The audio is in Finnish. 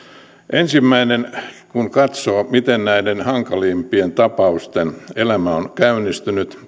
ensimmäinen kun katsoo miten näiden hankalimpien tapausten elämä on käynnistynyt